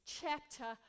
chapter